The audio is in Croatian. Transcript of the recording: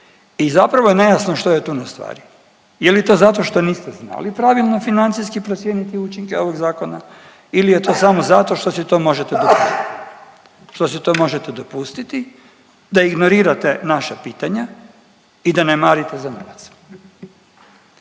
i zapravo je nejasno što je tu na stvari, je li to zato što niste znali pravilno financijski procijeniti učinke ovog zakona ili je to samo zato što si to možete dopustiti da ignorirate naša pitanja i da ne marite za novac.